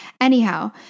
Anyhow